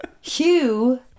Hugh